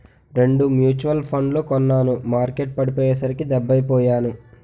రెండు మ్యూచువల్ ఫండ్లు కొన్నాను మార్కెట్టు పడిపోయ్యేసరికి డెబ్బై పొయ్యాను